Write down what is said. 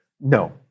No